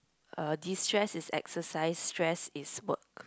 uh destress is exercise stress is work